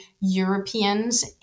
Europeans